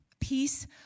Peace